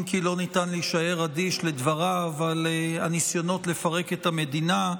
אם כי לא ניתן להישאר אדיש לדבריו על הניסיונות לפרק את המדינה.